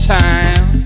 time